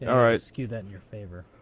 all right. skew that in your favor.